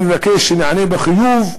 אני מבקש שניענה בחיוב,